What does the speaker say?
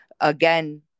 again